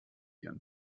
ihren